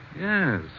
Yes